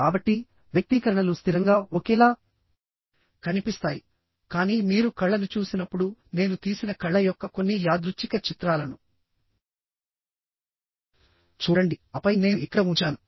కాబట్టి వ్యక్తీకరణలు స్థిరంగా ఒకేలా కనిపిస్తాయి కానీ మీరు కళ్ళను చూసినప్పుడు నేను తీసిన కళ్ళ యొక్క కొన్ని యాదృచ్ఛిక చిత్రాలను చూడండి ఆపై నేను ఇక్కడ ఉంచాను